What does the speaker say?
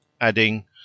Adding